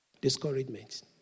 Discouragement